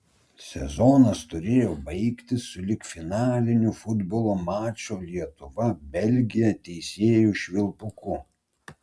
sezonas turėjo baigtis sulig finaliniu futbolo mačo lietuva belgija teisėjo švilpuku